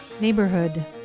Neighborhood